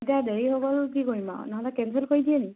এতিয়া দেৰি হৈ গ'ল কি কৰিম আৰু নহ'লে কেঞ্চেল কৰি দিয়ে নি